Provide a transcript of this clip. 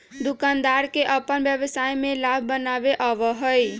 दुकानदार के अपन व्यवसाय में लाभ बनावे आवा हई